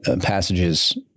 passages